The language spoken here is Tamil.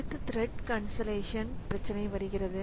அடுத்து த்ரெட் கன்சல்லேஷன் பிரச்சினை வருகிறது